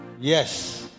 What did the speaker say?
Yes